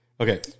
Okay